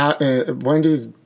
Wendy's